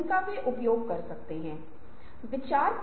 इसके विभिन्न रंग क्या हो सकते हैं और बनावट क्या है